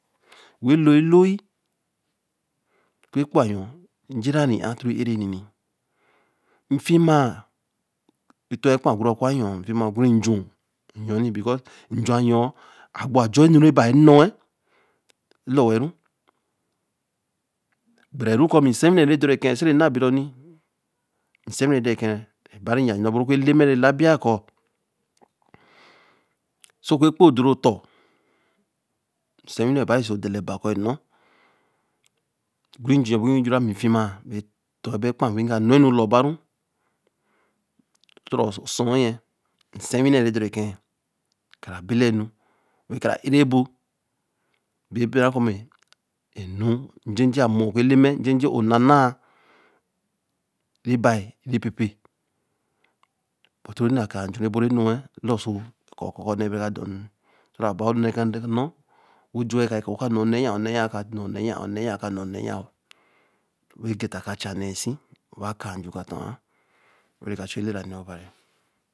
wen lōo eloo, o ku kpo yōo eje re ēar toro ēar nni, mm fima becton ekpa oguro ku yōo because nju yoō a gbo a jor enu re bāa en̄no lor wa ru gbere ru ku bi se wii nne re dor re ekeē se re na bodor sei winna re dor re ke be re per nn̄o bo ro oku eleme re la biya ku, so ku ekpo do re ō dor nsi éwinne re bare sé o da ue ku ē nor oguru ju o ba ra mi fima baā ē ton be kpa weii ga nn̄o nu lor ba ru so tha osuo yen nsiē wii nēe rēe dor re kēe, ka ra belanu kara ēra ebor be, beku ēnu ej̄eje a-mōo ku elme- njeje mor nna na re baā re pepe bo to ru enn̄e kaā nju re bo re n̄no lor so ka-ka n̄ne baā re donn̄e ka ra bo nn̄e ka nn̄o evenju wa eka eken wo kann̄e nn̄a yen āer, wen getta ka chen nn̄e si, wen ka j chu elera wen nne obari